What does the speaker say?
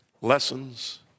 Lessons